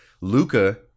Luca